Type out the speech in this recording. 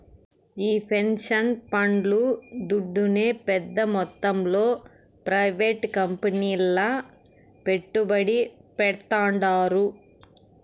ఈ పెన్సన్ పండ్లు దుడ్డునే పెద్ద మొత్తంలో ప్రైవేట్ కంపెనీల్ల పెట్టుబడి పెడ్తాండారు